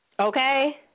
Okay